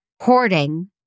hoarding